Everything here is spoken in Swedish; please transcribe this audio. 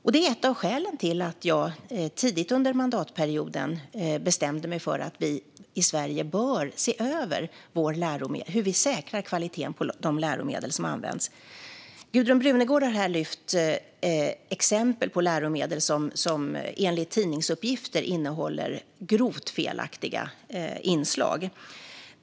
Detta är ett av skälen till att jag tidigt under mandatperioden bestämde mig för att vi i Sverige bör se över hur vi säkrar kvaliteten på de läromedel som används. Gudrun Brunegård har lyft upp exempel på läromedel som, enligt tidningsuppgifter, innehåller grovt felaktiga inslag.